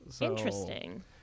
Interesting